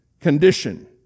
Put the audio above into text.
condition